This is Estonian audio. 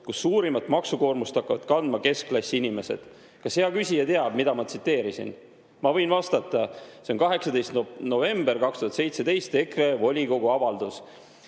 kus suurimat maksukoormust hakkavad kandma keskklassi inimesed."Kas hea küsija teab, mida ma tsiteerisin? Ma võin vastata: see on 18. novembril 2017 esitatud EKRE volikogu avaldus.